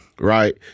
Right